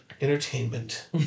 entertainment